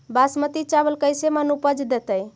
बासमती चावल कैसे मन उपज देतै?